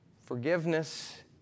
Forgiveness